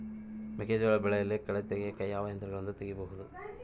ಮೆಕ್ಕೆಜೋಳ ಬೆಳೆಯಲ್ಲಿ ಕಳೆ ತೆಗಿಯಾಕ ಯಾವ ಯಂತ್ರಗಳಿಂದ ತೆಗಿಬಹುದು?